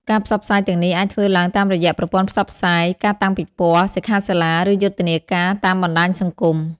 ការផ្សព្វផ្សាយទាំងនេះអាចធ្វើឡើងតាមរយៈប្រព័ន្ធផ្សព្វផ្សាយ ការតាំងពិព័រណ៍ សិក្ខាសាលា ឬយុទ្ធនាការតាមបណ្ដាញសង្គម។